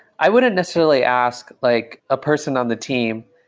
i wouldn't necessarily ask like a person on the team.